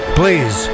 please